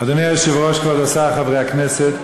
אדוני היושב-ראש, כבוד השר, חברי הכנסת,